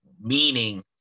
Meaning